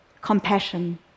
compassion